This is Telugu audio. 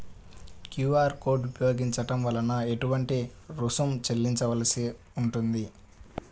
క్యూ.అర్ కోడ్ ఉపయోగించటం వలన ఏటువంటి రుసుం చెల్లించవలసి ఉంటుంది?